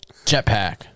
Jetpack